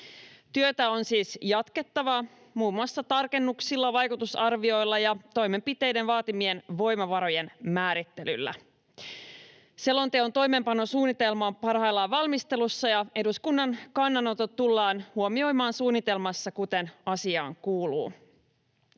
Työtä on siis jatkettava muun muassa tarkennuksilla, vaikutusarvioilla ja toimenpiteiden vaatimien voimavarojen määrittelyllä. Selonteon toimeenpanosuunnitelma on parhaillaan valmistelussa, ja eduskunnan kannanotot tullaan huomioimaan suunnitelmassa, kuten asiaan kuuluu.